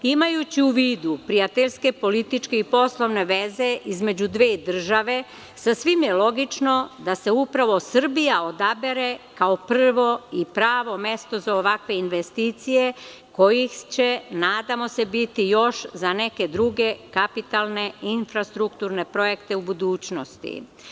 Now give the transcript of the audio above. Imajući u vidu prijateljske, političke i poslovne veze između dve države, sasvim je logično da se upravo Srbija odabere kao prvo i pravo mesto za ovakve investicije, kojih će, nadamo se, biti još za neke druge kapitalne infrastrukturne projekte u budućnosti.